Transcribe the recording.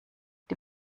die